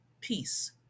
peace